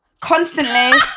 constantly